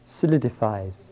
solidifies